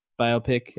biopic